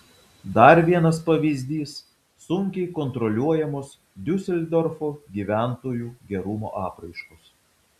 dar vienas pavyzdys sunkiai kontroliuojamos diuseldorfo gyventojų gerumo apraiškos